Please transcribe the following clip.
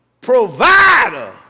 Provider